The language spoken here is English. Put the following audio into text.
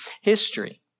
history